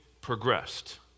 progressed